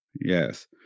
Yes